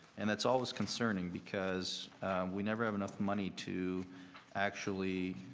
and it's always concerning because we never have enough money to actually